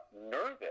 nervous